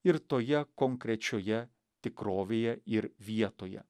ir toje konkrečioje tikrovėje ir vietoje